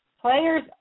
players